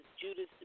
Judas